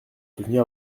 soutenir